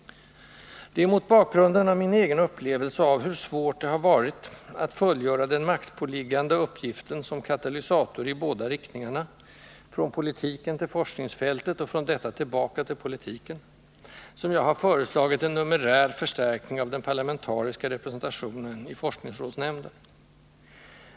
Det är mot bakgrunden av min egen upplevelse av hur svårt det varit att fullgöra den maktpåliggande uppgiften som katalysator i båda riktningarna — från politiken till forskningsfältet och från detta tillbaka till politiken — som jag har föreslagit en numerär förstärkning av den parlamentariska representationen i forskningsrådsnämnden.